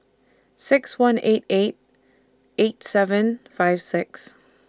six one eight eight eight seven five six